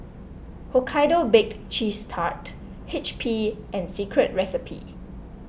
Hokkaido Baked Cheese Tart H P and Secret Recipe